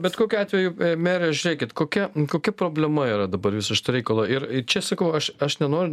bet kokiu atveju mere žiūrėkit kokia kokia problema yra dabar viso šito reikalo ir čia sakau aš aš nenoriu